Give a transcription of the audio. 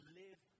live